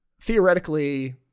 theoretically